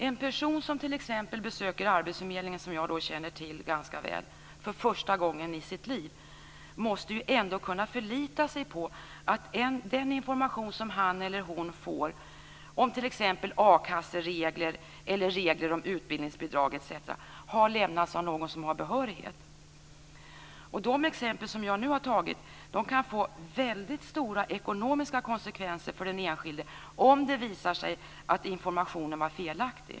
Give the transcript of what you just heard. En person som t.ex. besöker arbetsförmedlingen, som jag känner till ganska väl, för första gången i sitt liv måste ju ändå kunna förlita sig på att den information som han eller hon får om t.ex. a-kasseregler eller regler om utbildningsbidrag etc. har lämnats av någon som har behörighet. I de exempel som jag nu har tagit kan det få väldigt stora ekonomiska konsekvenser för den enskilde om det visar sig att informationen var felaktig.